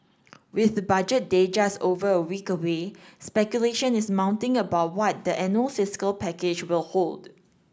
with the Budget Day just over a week away speculation is mounting about what the annual fiscal package will hold